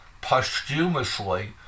posthumously